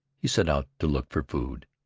he set out to look for food.